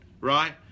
right